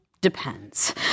Depends